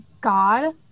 God